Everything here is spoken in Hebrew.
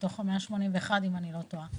מתוך 181 אם איני טועה.